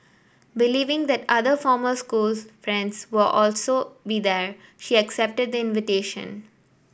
believing that other former school friends would also be there she accepted the invitation